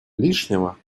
лишнего